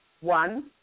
One